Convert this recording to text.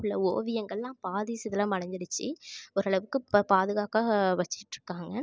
உள்ள ஓவியங்கள்லாம் பாதி சிதிலமடைஞ்சிடுச்சி ஒரு அளவுக்கு இப்போ பாதுகாக்கா வச்சுகிட்ருக்காங்க